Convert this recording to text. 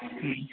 ହୁଁ